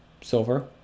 silver